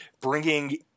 bringing